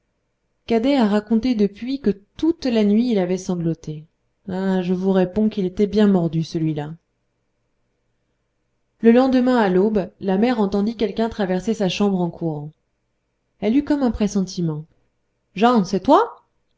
cadet a raconté depuis que toute la nuit il avait sangloté ah je vous réponds qu'il était bien mordu celui-là le lendemain à l'aube la mère entendit quelqu'un traverser sa chambre en courant elle eut comme un pressentiment jan c'est toi